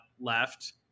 left